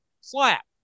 Slap